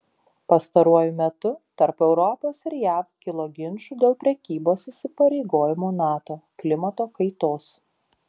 pastaruoju metu tarp europos ir jav kilo ginčų dėl prekybos įsipareigojimų nato klimato kaitos